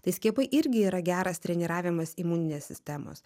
tai skiepai irgi yra geras treniravimas imuninės sistemos